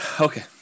okay